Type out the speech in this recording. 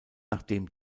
nachdem